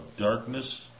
darkness